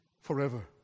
forever